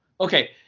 Okay